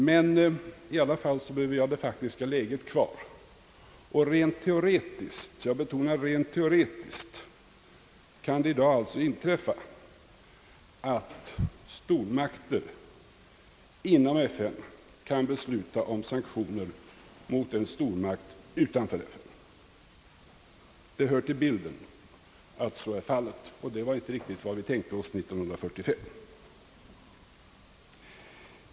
Men i alla fall är ju det faktiska läget kvar, och rent teoretiskt — jag betonar rent teoretiskt — kan det i dag alltså inträffa att stormakter inom FN kan besluta om sanktioner mot en stormakt utanför FN. Det hör till bilden att så är fallet, och det var inte riktigt vad vi tänkte oss 1945.